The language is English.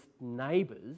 neighbours